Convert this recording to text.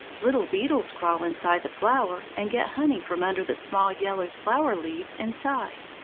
little beetles crawl inside the flower and get honey from under the small yellow flower-leaves inside.